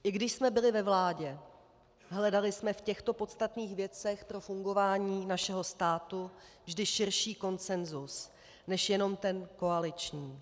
I když jsme byli ve vládě, hledali jsme v těchto podstatných věcech pro fungování našeho státu vždy širší konsenzus než jenom ten koaliční.